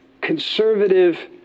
conservative